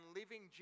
living